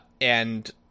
and-